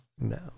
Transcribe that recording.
No